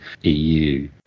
EU